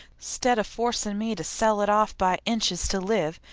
stead of forcin' me to sell it off by inches to live,